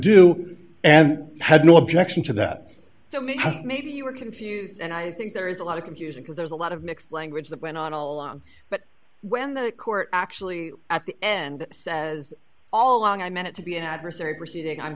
do and had no objection to that so maybe maybe you were confused and i think there is a lot of confusion because there's a lot of mixed language that went on a lot but when the court actually at the end says all along i meant it to be an adversary proceeding i'm